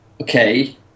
Okay